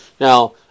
Now